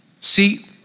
See